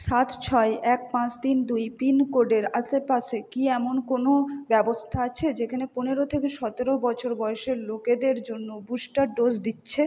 সাত ছয় এক পাঁচ তিন দুই পিন কোডের আশেপাশে কি এমন কোনো ব্যবস্থা আছে যেখানে পনেরো থেকে সতেরো বছর বয়সের লোকেদের জন্য বুস্টার ডোজ দিচ্ছে